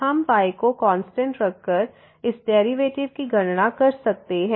हम y को constant रखकर इस डेरिवेटिव की गणना कर सकते हैं